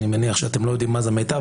אני מניח שאתם לא יודעים מה זה מיטב,